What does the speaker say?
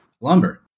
lumber